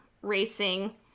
racing